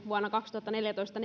vuonna kaksituhattaneljätoista